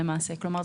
כלומר,